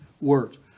words